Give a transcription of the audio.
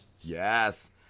Yes